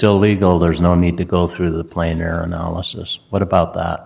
illegal there is no need to go through the planer analysis what about th